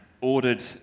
ordered